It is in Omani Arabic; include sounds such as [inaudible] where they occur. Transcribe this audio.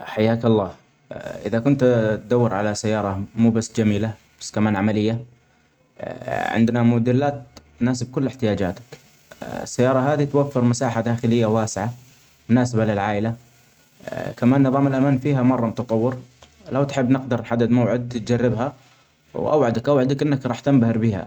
حياك الله [hesitation] إذا كنت تدور علي سيارة مو بس جميلة بس كمان عملية [hesitation] عندنا موديلات تناسب كل إحتياجاتك ، [hesitation] السيارة هادي توفر مساحة داخلية واسعة مناسبة للعائلة [hesitation] كمان نظام الأمان فيها مرة متطور ، لو تحب نقدر نحدد موعد تجربها وأوعدك أنك راح تنبهر بها.